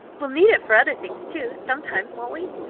we'll need it for other things, too, sometimes, won't we?